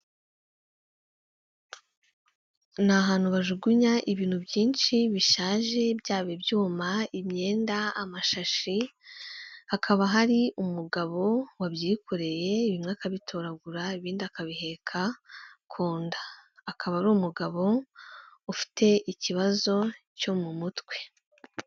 Ni ahantu bajugunya ibintu byinshi bishaje byaba ibyuma, imyenda, amashashi, hakaba hari umugabo wabyikoreye ibimwe akabitoragura ibindi akabiheka ku nda. Akaba ari umugabo ufite ikibazo cyo mu mutwe.